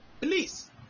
please